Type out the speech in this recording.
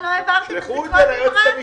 אני מבקש שתבואו עם תשובות,